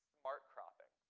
smart cropping.